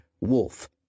Wolf